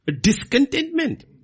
discontentment